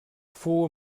fou